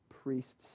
priests